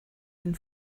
den